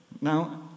Now